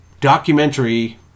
documentary